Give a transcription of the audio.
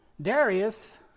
Darius